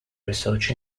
research